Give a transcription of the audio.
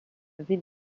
ville